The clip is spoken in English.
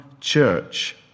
church